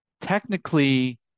Technically